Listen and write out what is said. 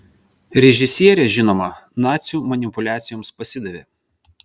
režisierė žinoma nacių manipuliacijoms pasidavė